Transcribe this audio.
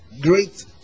Great